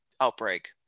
outbreak